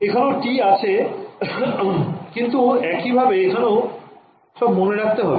এখানেও t আছে কিন্তু একই ভাবে এখানেও সব মনে রাখতে হবে